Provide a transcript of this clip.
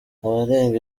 abarenga